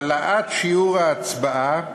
העלאת שיעור ההצבעה.